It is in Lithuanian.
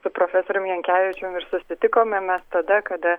su profesorium jankevičium susitikome mes tada kada